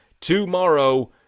tomorrow